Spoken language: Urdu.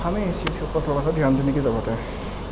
ہمیں اسی چیز پر تھوڑا سا دھیان دینے کی ضرورت ہے